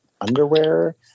underwear